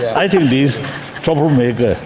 i think these troublemakers,